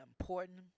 important